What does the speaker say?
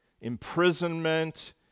imprisonment